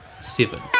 Seven